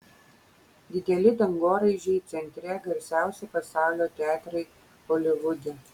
dideli dangoraižiai centre garsiausi pasaulio teatrai holivude